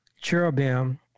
cherubim